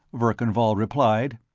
verkan vall replied.